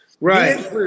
Right